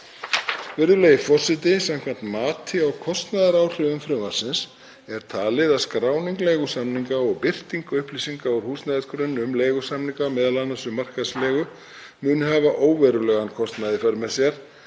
Virðulegi forseti. Samkvæmt mati á kostnaðaráhrifum frumvarpsins er talið að skráning leigusamninga og birting upplýsinga úr húsnæðisgrunni um leigusamninga, m.a. um markaðsleigu, muni hafa óverulegan kostnað í för með sér,